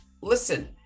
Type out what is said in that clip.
listen